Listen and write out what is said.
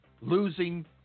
losing